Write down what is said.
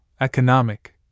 economic